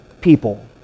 people